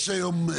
יש היום,